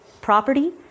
property